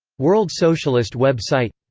world socialist web site